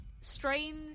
strange